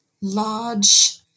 large